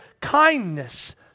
kindness